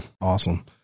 awesome